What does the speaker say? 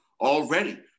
already